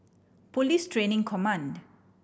Police Training Command